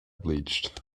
bleached